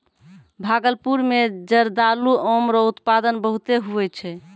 भागलपुर मे जरदालू आम रो उत्पादन बहुते हुवै छै